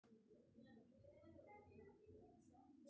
बाँस से मुर्दा रो चचरी बनाय मे बहुत उपयोगी हुवै छै